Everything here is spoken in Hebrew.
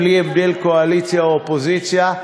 בלי הבדל קואליציה או אופוזיציה.